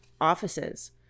offices